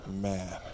man